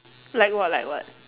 like what like what